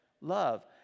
love